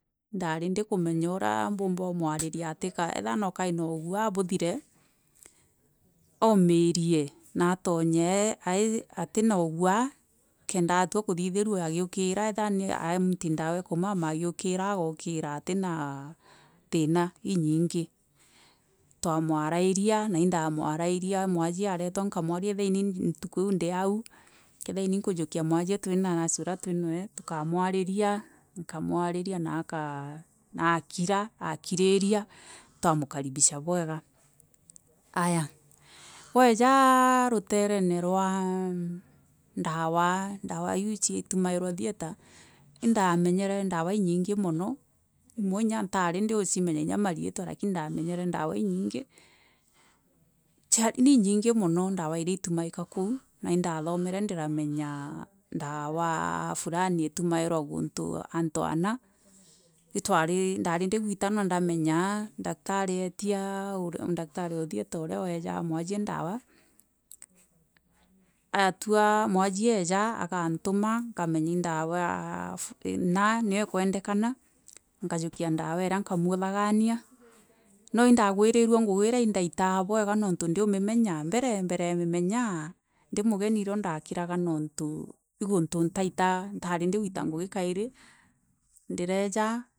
Indari ndikûmenya ûra mbûmba ûmwarika kethira naûkari na ûgwaa bishire aûmirie na atonye na atonye ai ai atiria ûgwaa kenda atwa kûthithûrûa agiûkiria kethira namûnti dawa ya kûmama agûikira agaûkira afina thina inyinyi. Twamwararia na indamwaraira mwasie ûretwa nkamwarria ethira ini itûko ii neiraû kethira ini nkûjûkia mwasie twina nûrse ûna tûinûe tûkamwarria nkamwarria na akira, akirria twamûkaribisha bwega. Ayaa wesaa rererene rwaa ndawa iû chifûmairwa thieta indamenyere ndawa nyingi chia ni inyingi mûno dawa iria itûmairwa koû na ibatûsmire ndamenya ndawa fûlani itûmaika gontû antû ana itwari ndomenya ndawa fûlani itûmaika gontû antû ana itwari indari ndi gwiransa ndamenya ndakatari etia ndaktari o thieta ûra wesaa mwasie ndawa arû mwasie esa agantûma nkamenya i nda fû ina nio imwendeka nkasûkia ndawa ina nikamûthagania, no indagwirûe ngûgi ira indaltaa bwega nontû ndiû minenya mbere mbere e mmenya.